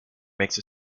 makes